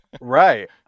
right